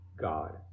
God